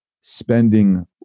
spending